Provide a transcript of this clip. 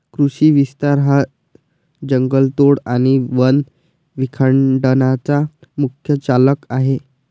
कृषी विस्तार हा जंगलतोड आणि वन विखंडनाचा मुख्य चालक आहे